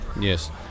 Yes